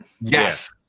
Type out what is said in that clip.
Yes